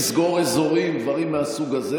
לסגור אזורים ודברים מהסוג הזה.